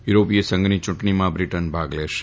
યુરોપીય સંઘની યુંટણીમાં બ્રિટન ભાગ લેશે